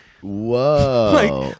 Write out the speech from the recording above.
Whoa